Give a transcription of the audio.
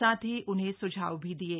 साथ ही उन्हें सुझाव भी दिये